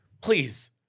please